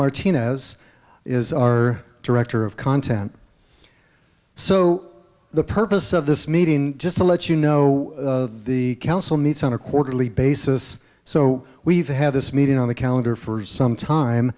martinez is our director of content so the purpose of this meeting just to let you know the council meets on a quarterly basis so we've had this meeting on the calendar for some time